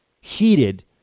heated